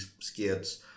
skits